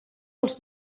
els